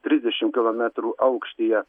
trisdešimt kilometrų aukštyje